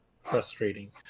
frustrating